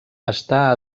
està